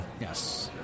Yes